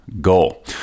goal